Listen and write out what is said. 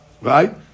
right